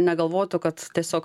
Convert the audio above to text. negalvotų kad tiesiog